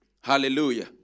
Hallelujah